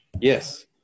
Yes